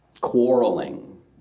quarreling